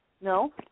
No